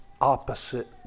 opposite